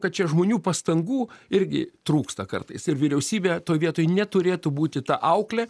kad čia žmonių pastangų irgi trūksta kartais ir vyriausybė toj vietoj neturėtų būti ta auklė